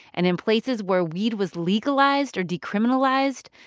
and in places where weed was legalized or decriminalized,